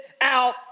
out